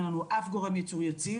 אין לנו אף גורם ייצור יציב,